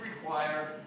require